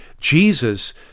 Jesus